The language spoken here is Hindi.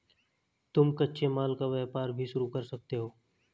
तुम कच्चे माल का व्यापार भी शुरू कर सकते हो